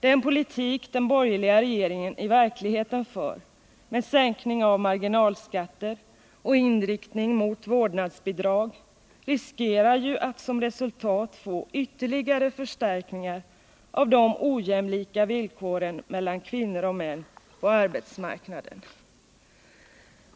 Den politik den borgerliga regeringen i verkligheten för, med sänkning av marginalskatter och inriktning mot vårdnadsbidrag, riskerar ju att som resultat få ytterligare förstärkningar av ojämlikheten mellan kvinnor och män på arbetsmarknaden.